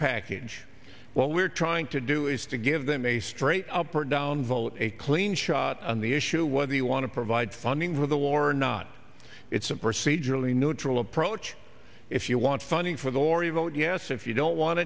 package what we're trying to do is to give them a straight up or down vote a clean shot on the issue whether you want to provide funding for the war or not it's a procedurally neutral approach if you want funding for the or you vote yes if you don't want